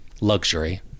luxury